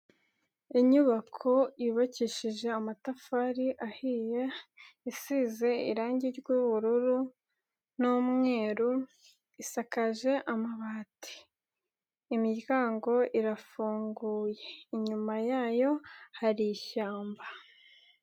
Inyubako yubakishije amatafari ahiye isize irangi ry'ubururu n'umweru isakaje amabati imiryango irafunguye inyuma yayo hari ishyamba.